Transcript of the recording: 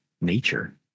nature